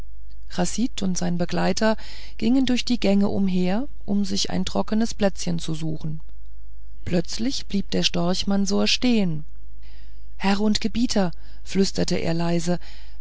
chasid und sein begleiter gingen durch die gänge umher um sich ein trockenes plätzchen zu suchen plötzlich blieb der storch mansor stehen herr und gebieter flüsterte er leise